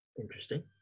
Interesting